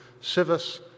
civis